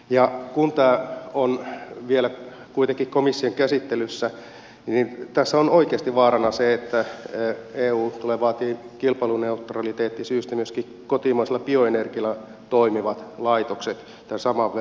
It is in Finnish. ja kun tämä on vielä kuitenkin komission käsittelyssä niin tässä on oikeasti vaarana se että eu tulee vaatimaan kilpailuneutraliteettisyistä myöskin kotimaisella bioenergialla toimivat laitokset tämän saman veron piiriin